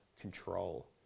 control